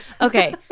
Okay